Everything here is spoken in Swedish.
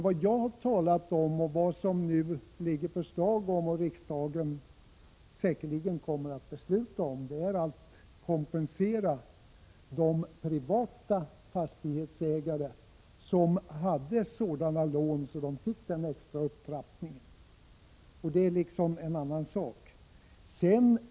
Vad jag talat om, vad förslaget gäller och vad riksdagen säkerligen kommer att besluta om är att kompensera de privata fastighetsägare som har sådana lån att de får denna extra upptrappning. Det är en annan sak.